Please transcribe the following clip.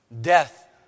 Death